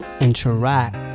Interact